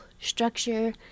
structure